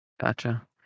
Gotcha